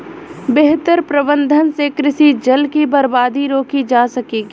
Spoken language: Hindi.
बेहतर प्रबंधन से कृषि जल की बर्बादी रोकी जा सकेगी